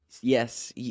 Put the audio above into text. Yes